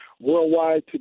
worldwide